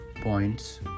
points